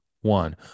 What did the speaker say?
one